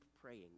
praying